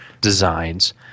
designs